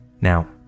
now